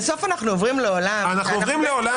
בסוף אנחנו עוברים לעולם --- אנחנו עוברים לעולם